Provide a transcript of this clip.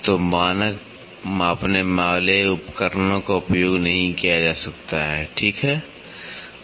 तो मानक मापने वाले उपकरणों का उपयोग नहीं किया जा सकता है ठीक है